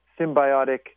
symbiotic